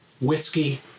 Whiskey